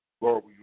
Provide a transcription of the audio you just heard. Lord